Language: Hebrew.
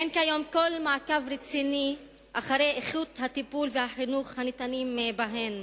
אין היום כל מעקב רציני אחר איכות הטיפול והחינוך הניתנים בהן.